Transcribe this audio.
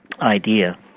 idea